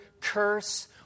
curse